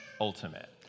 ultimate